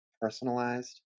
personalized